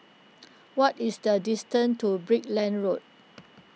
what is the distance to Brickland Road